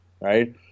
right